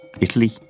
Italy